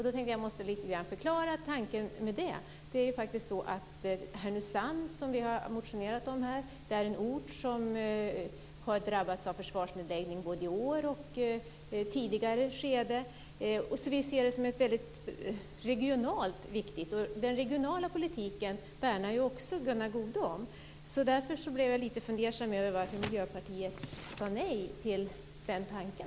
Då tänkte jag förklara tanken med den. Vi har väckt en motion om Härnösand. Det är en ort som har drabbats av försvarsnedläggningar både i år och i tidigare skeden. Vi ser det som ett regionalt viktigt område. Även Gunnar Goude värnar den regionala politiken. Därför blev jag lite fundersam över varför Miljöpartiet sade nej till den tanken.